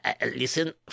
listen